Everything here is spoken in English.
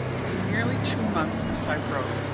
it has been nearly two months since i wrote,